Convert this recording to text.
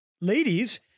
Ladies